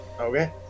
okay